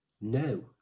No